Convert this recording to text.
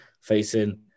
facing